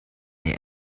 neu